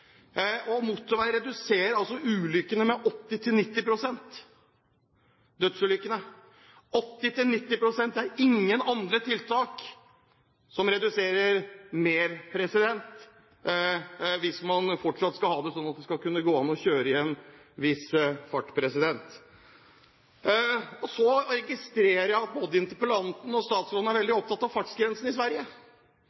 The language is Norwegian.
skje. Motorvei reduserer altså tallet på dødsulykker med 80–90 pst. Det er ingen andre tiltak som reduserer mer hvis man fortsatt skal ha det sånn at det skal kunne gå an å kjøre i en viss fart. Så registrerer jeg at både interpellanten og statsråden er veldig